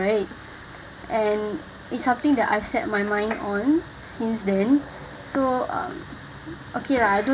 right and it's something that I set my mind on since then so um okay lah I don't